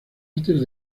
artes